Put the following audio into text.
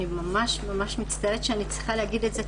אני ממש מצטערת שאני צריכה להגיד את זה,